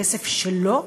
שהכסף שלו